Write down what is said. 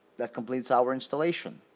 that completes our installation.